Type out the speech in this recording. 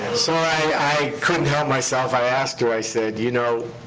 i couldn't help myself. i asked her, i said, you know,